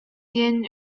диэн